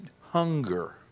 hunger